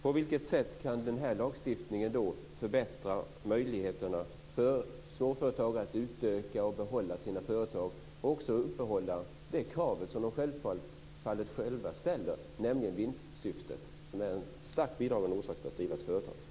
På vilket sätt kan den här lagstiftningen då förbättra möjligheterna för småföretagare att utöka och behålla sina företag och också upprätthålla det krav som de själva självfallet ställer, nämligen vinstsyftet? Det är en starkt bidragande orsak för att driva ett företag.